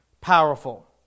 powerful